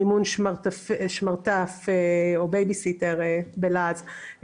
מימון שמרטף או בייביסיטר בלעז,